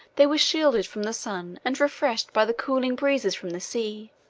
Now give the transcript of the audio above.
they were shaded from the sun, and refreshed by the cooling breezes from the sea.